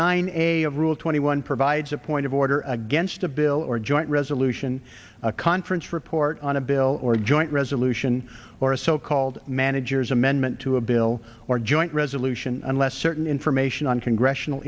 nine a of rule twenty one provides a point of order against a bill or joint resolution a conference report on a bill or a joint resolution or a so called manager's amendment to a bill or joint resolution unless certain information on congressional